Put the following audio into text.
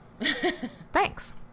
Thanks